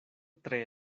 tre